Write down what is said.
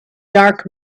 dark